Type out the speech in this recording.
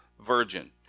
virgin